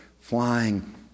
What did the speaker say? flying